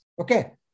Okay